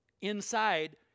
inside